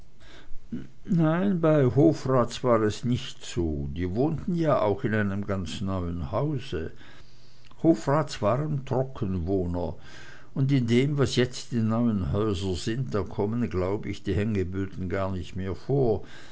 nein bei hofrats war es nicht so die wohnten ja auch in einem ganz neuen hause hofrats waren trockenwohner und in dem was jetzt die neuen häuser sind da kommen glaub ich die hängeböden gar nicht mehr vor